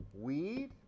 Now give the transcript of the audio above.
weed